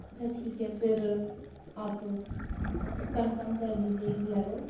अच्छा ठीक है फिर आप कन्फ़म कर दीजिए एक बोलेरो बोलेरो